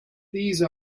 these